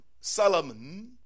Solomon